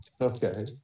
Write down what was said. Okay